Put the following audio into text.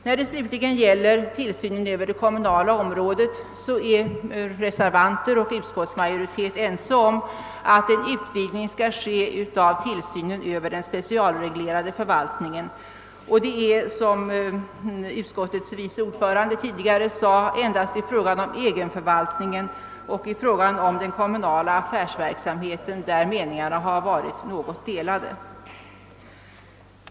När det slutligen gäller tillsynen över det kommunala området är reservanter och utskottsmajoritet ense om att en utvidgning av tillsynen över den special reglerade förvaltningen skall ske. Det är, som utskottets vice ordförande tidigare sade, endast i fråga om egenförvaltningen och i fråga om den kommunala affärsverksamheten som meningarna varit något delade.